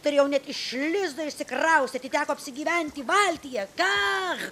turėjau net iš lizdo išsikraustyti teko apsigyventi valtyje kar